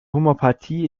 homöopathie